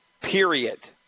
Period